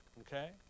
Okay